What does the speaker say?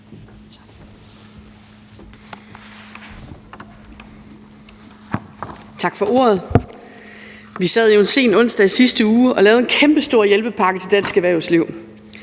Tak for ordet. Vi sad jo en sen onsdag i sidste uge og lavede en kæmpestor hjælpepakke til dansk erhvervsliv.